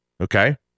okay